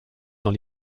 dans